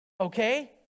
okay